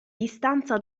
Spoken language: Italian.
distanza